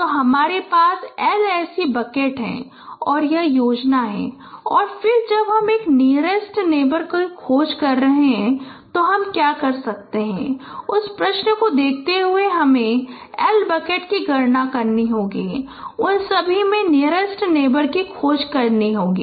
तो हमारे पास L ऐसी बकेट है और यह योजना है और फिर जब हम एक नियरेस्ट नेबर खोज कर रहे हैं तब हम क्या कर सकते हैं उस प्रश्न को देखते हुए हमें L बकेट की गणना करनी होगी और उन सभी में नियरेस्ट नेबर की खोज करनी होगी